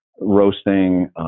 roasting